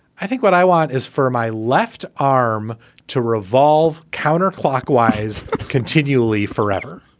i think what i want is for my left arm to revolve counterclockwise continually, forever.